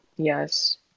Yes